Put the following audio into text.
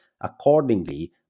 accordingly